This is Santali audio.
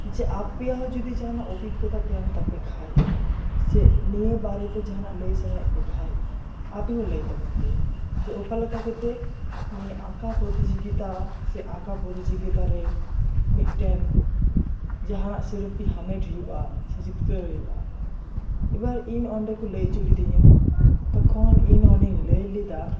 ᱡᱮ ᱟᱯᱮᱭᱟᱜ ᱦᱚᱸ ᱡᱩᱫᱤ ᱚᱵᱷᱤᱜᱚᱛᱟ ᱛᱟᱦᱮᱱ ᱛᱟᱯᱮ ᱠᱷᱟᱡ ᱥᱮ ᱱᱤᱭᱟᱹ ᱵᱟᱨᱮ ᱛᱮ ᱡᱟᱦᱟᱸ ᱱᱟᱜ ᱞᱟᱹᱭᱥᱟᱱᱟᱭᱮᱫ ᱯᱮ ᱠᱷᱟᱡ ᱟᱯᱮ ᱦᱚᱸ ᱞᱟᱹᱭ ᱛᱟᱵᱚᱱ ᱯᱮ ᱡᱮ ᱚᱠᱟ ᱞᱮᱠᱟ ᱠᱟᱛᱮ ᱱᱤᱭᱟᱹ ᱟᱸᱠᱟᱣ ᱯᱚᱛᱤ ᱡᱳᱜᱤᱛᱟ ᱥᱮ ᱟᱸᱠᱟᱣ ᱯᱚᱛᱤ ᱡᱳᱡᱤᱛᱟ ᱨᱮ ᱢᱤᱫᱴᱮᱱ ᱡᱟᱦᱟᱸ ᱱᱟᱜ ᱥᱤᱨᱯᱟᱹ ᱦᱟᱢᱮᱴ ᱦᱩᱭᱩᱜᱼᱟ ᱥᱮ ᱡᱤᱛᱠᱟᱹᱨ ᱦᱩᱭᱩᱜᱼᱟ ᱮᱵᱟᱨ ᱤᱧ ᱚᱸᱰᱮ ᱠᱚ ᱞᱟᱹᱭ ᱚᱪᱚ ᱞᱮᱫᱤᱧᱟᱹ ᱛᱚᱠᱷᱚᱱ ᱤᱧ ᱚᱸᱰᱮᱧ ᱞᱟᱹᱭᱞᱮᱫᱟ